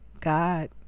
God